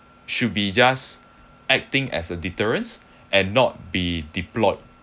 should be just acting as a deterrence and not be deployed